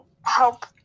help